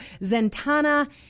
Zentana